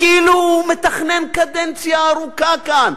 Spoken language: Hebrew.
כאילו הוא מתכנן קדנציה ארוכה כאן,